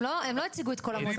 הם לא הציגו את כל המצגת.